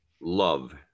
love